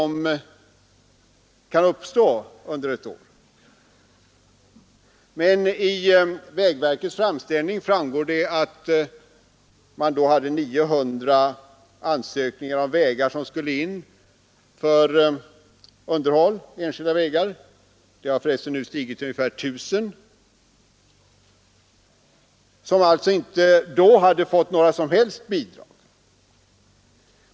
Men av vägverkets framställning framgår det att man då hade 900 ansökningar om underhåll för enskilda vägar. Detta antal har för resten nu stigit till ungefär 1 000. Här hade man alltså inte fått några som helst bidrag.